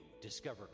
discover